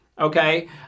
okay